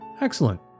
Excellent